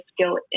skill